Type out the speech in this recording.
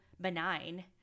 benign